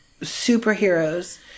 superheroes